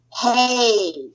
hey